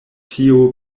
tio